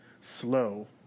slow